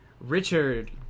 Richard